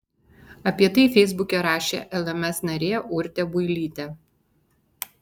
apie tai feisbuke rašė lms narė urtė builytė